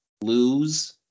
lose